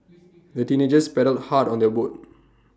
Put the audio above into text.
the teenagers paddled hard on their boat